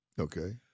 Okay